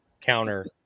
counter